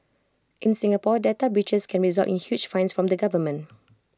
in Singapore data breaches can result in huge fines from the government